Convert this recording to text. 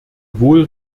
wohl